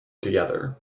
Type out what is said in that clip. together